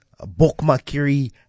Bokmakiri